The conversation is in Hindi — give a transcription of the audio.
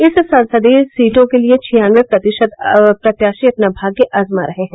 इस संसदीय सीटों के लिये छियानवे प्रत्याशी अपना भाग्य आजमा रहे हैं